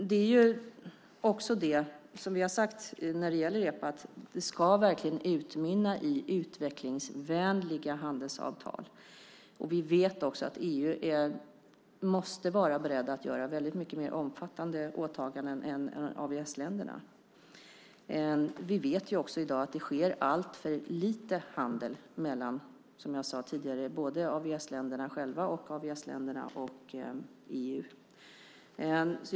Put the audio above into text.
Som vi har sagt när det gäller EPA att det verkligen ska utmynna i utvecklingsvänliga handelsavtal. Vi vet också att EU måste vara berett att göra mycket mer omfattande åtaganden än AVS-länderna. Vi vet att det sker alltför lite handel mellan, som jag sade tidigare, AVS-länderna själva och AVS-länderna och EU.